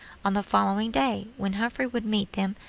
on the following day, when humphrey would meet them,